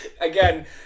Again